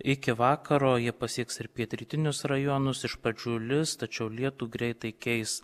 iki vakaro jie pasieks ir pietrytinius rajonus iš pradžių lis tačiau lietų greitai keis